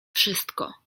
wszystko